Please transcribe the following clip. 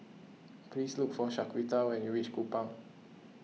please look for Shaquita when you reach Kupang